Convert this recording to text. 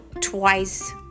twice